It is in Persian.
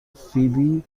فیبی